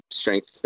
strength